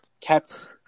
kept